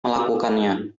melakukannya